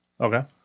Okay